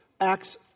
Acts